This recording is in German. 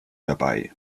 dabei